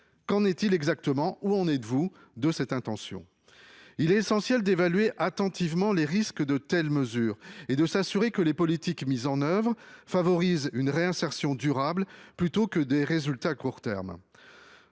Qu'en est-il exactement de cette intention ? Il est essentiel d'évaluer attentivement les risques induits par de telles mesures et de s'assurer que les politiques mises en oeuvre favorisent une réinsertion durable plutôt que des résultats à court terme.